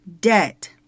debt